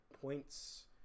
points –